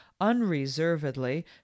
unreservedly